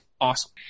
awesome